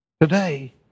Today